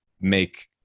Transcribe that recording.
make